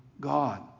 God